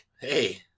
Hey